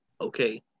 okay